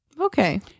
Okay